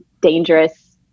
dangerous